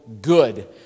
good